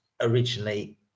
originally